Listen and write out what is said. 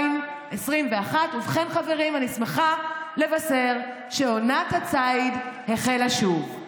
ובכן, חברים, אני שמחה לבשר שעונת הציד החלה שוב.